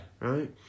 Right